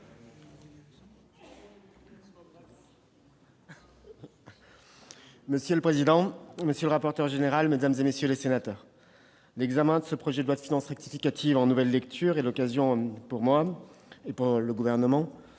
Monsieur le président, monsieur le rapporteur général, mesdames, messieurs les sénateurs, l'examen de ce projet de loi de finances rectificative en nouvelle lecture me donne l'occasion, au nom du Gouvernement,